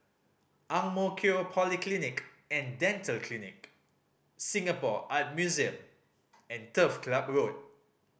Ang Mo Kio Polyclinic and Dental Clinic Singapore Art Museum and Turf Club Road